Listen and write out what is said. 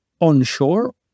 onshore